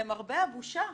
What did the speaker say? למרבה הבושה,